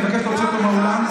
אני מבקש להוציא אותו מהאולם.